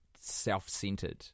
self-centered